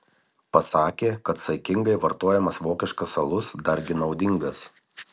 pasakė kad saikingai vartojamas vokiškas alus dargi naudingas